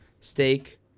Steak